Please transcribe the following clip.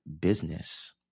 business